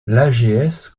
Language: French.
l’ags